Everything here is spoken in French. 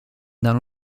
dans